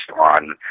on